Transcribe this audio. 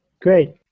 Great